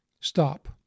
Stop